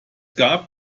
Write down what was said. gab